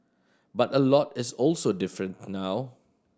but a lot is also different now